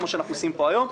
כמו שאנחנו עושים פה היום,